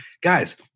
guys